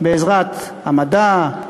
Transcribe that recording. בעזרת המדע,